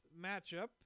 matchup